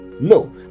No